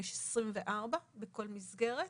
יש 24 בכל מסגרת,